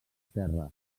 terra